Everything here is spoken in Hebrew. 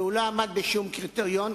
והוא לא עמד בשום קריטריון.